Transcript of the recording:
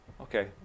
Okay